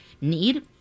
need